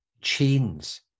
chains